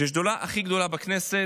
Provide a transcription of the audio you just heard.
שזו השדולה הכי גדולה בכנסת,